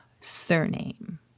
surname